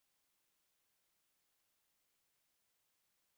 ah